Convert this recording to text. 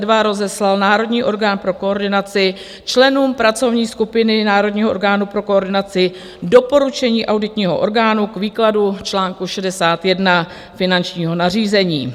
V dubnu 2022 rozeslal Národní orgán pro koordinaci členům pracovní skupiny Národního orgánu pro koordinaci doporučení auditního orgánu k výkladu článku 61 Finančního nařízení.